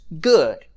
good